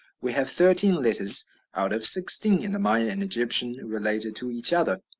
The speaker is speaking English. we have thirteen letters out of sixteen in the maya and egyptian related to each other.